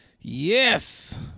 yes